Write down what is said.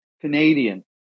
Canadian